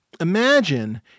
imagine